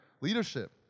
leadership